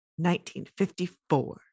1954